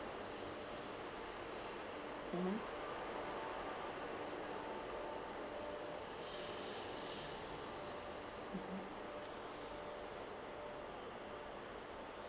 mmhmm mmhmm